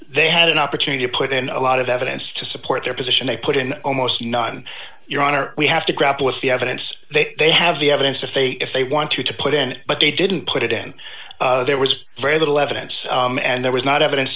they had an opportunity to put in a lot of evidence to support their position they put in almost not your honor we have to grapple with the evidence they have the evidence to face if they want to put in but they didn't put it in there was very little evidence and there was not evidence